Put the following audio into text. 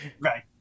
Right